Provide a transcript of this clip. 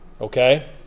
okay